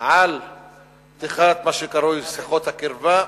על פתיחת מה שקרוי "שיחות הקרבה".